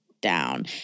down